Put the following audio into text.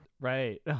Right